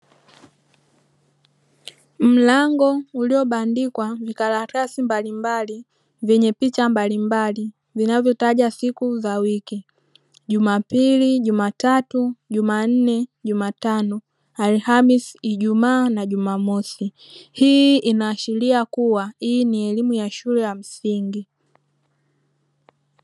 Mlango ulio bandikwa vikaratasi mbalimbali vyenye picha mbalimbali vinavyo taja siku za wiki jumapili, jumatatu, jumanne, jumatano, alhamisi, ijumaa na jumamosi. Hii inaashilia kuwa hii ni elimu ya msingi.